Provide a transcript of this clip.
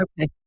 okay